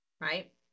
right